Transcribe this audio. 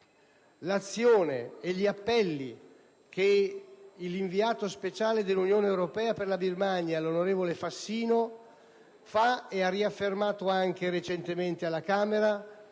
l'azione e gli appelli che l'inviato speciale dell'Unione europea per la Birmania, l'onorevole Fassino, ha rinnovato anche recentemente alla Camera